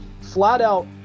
flat-out